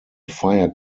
fire